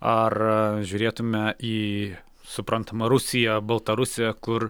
ar žiūrėtume į suprantama rusiją baltarusiją kur